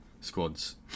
squads